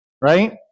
right